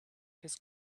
his